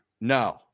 No